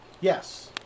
Yes